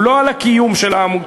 הוא לא על הקיום של העמותות,